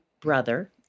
brother